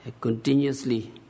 continuously